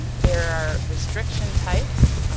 and there are restriction types,